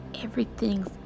everything's